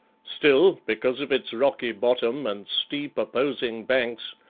still, because of its rocky bottom and steep, opposing banks,